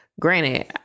Granted